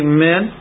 Amen